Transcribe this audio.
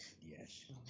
yes